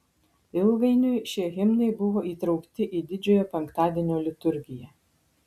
ilgainiui šie himnai buvo įtraukti į didžiojo penktadienio liturgiją